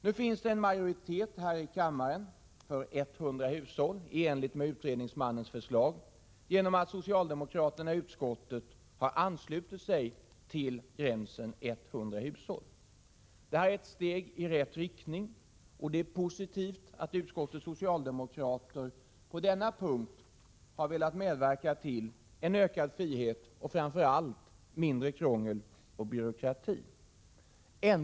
Nu finns det en majoritet här i kammaren för 100 hushåll i enlighet med utredningsmannens förslag, eftersom socialdemokraterna i utskottet har anslutit sig till gränsen 100 hushåll. Detta är ett steg i rätt riktning. Det är positivt att utskottets socialdemokrater på denna punkt har velat medverka till en ökad frihet och framför allt mindre krångel och mindre byråkrati.